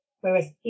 Whereas